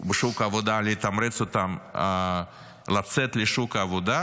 בשוק העבודה, לתמרץ אותן לצאת לשוק העבודה.